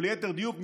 או ליתר דיוק,